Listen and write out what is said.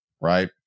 right